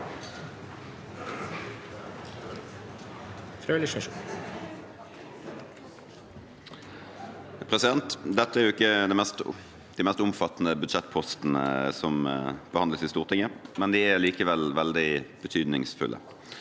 leder): Det- te er ikke de mest omfattende budsjettpostene som behandles i Stortinget, men de er likevel veldig betydningsfulle.